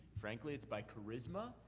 frankly, it's by charisma,